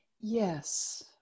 Yes